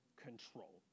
control